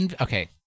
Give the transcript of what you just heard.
Okay